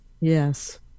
yes